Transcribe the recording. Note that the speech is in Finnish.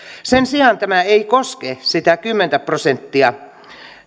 sen sijaan tämä ei koske sitä kymmentä prosenttia